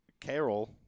Carol